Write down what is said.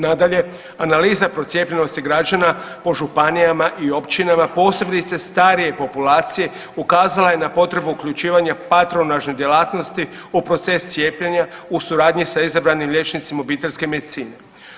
Nadalje, analiza procijepljenosti građana po županijama i općinama, posebice starije populacije ukazala je na potrebu uključivanja patronažne djelatnosti u proces cijepljenja u suradnji sa izabranim liječnicima obiteljske medicine.